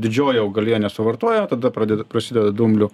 didžioji augalija nesuvartoja tada pradeda prasideda dumblių